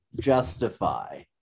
justify